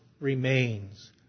remains